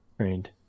trained